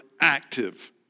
active